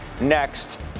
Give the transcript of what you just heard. next